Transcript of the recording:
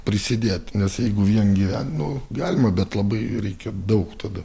prisidėti nes jeigu vien gyven nu galima bet labai reikia daug tada